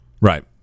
Right